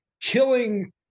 killing